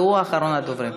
והוא אחרון הדוברים.